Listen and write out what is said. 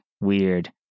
weird